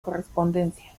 correspondencia